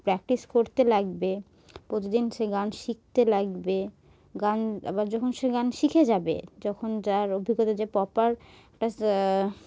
practice করতে লাগবে প্রতিদিন সে গান শিখতে লাগবে গান আবার যখন সে গান শিখে যাবে যখন যার অভিজ্ঞতা যে প্রপার